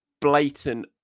blatant